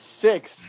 six